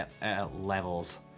levels